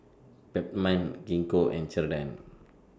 Peptamen Gingko and Ceradan